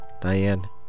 Diane